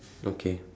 okay